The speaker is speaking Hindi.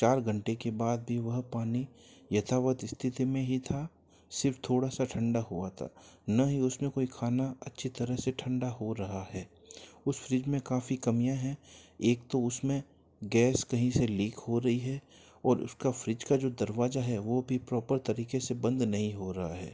चार घंटे के बाद भी वह पानी यथावत स्थिति में ही था सिर्फ थोड़ा सा ठंडा हुआ था न ही उसमें कोई खाना अच्छी तरह से ठंडा हो रहा है उस फ्रिज में काफ़ी कमियाँ हैं एक तो उसमें गैस कहीं से लीक हो रही है और उसका फ्रिज का जो दरवाजा है वह भी प्रॉपर तरीके से बंद नहीं हो रहा है